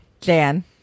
Jan